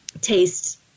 taste